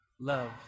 love